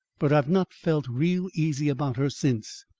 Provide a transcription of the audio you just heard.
but i've not felt real easy about her since.